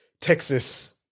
Texas